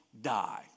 die